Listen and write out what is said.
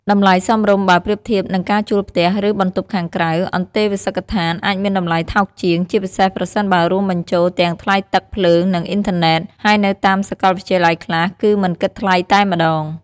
តម្លៃសមរម្យ បើប្រៀបធៀបនឹងការជួលផ្ទះ ឬបន្ទប់ខាងក្រៅ អន្តេវាសិកដ្ឋានអាចមានតម្លៃថោកជាង ជាពិសេសប្រសិនបើរួមបញ្ចូលទាំងថ្លៃទឹក ភ្លើង និងអុីនធឺណេត ហើយនៅតាមសកលវិទ្យាល័យខ្លះគឺមិនគិតថ្លៃតែម្ដង។